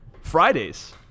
Fridays